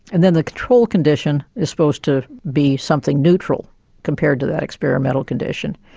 and then the control condition is supposed to be something neutral compared to that experimental condition.